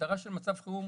ההגדרה של מצב חירום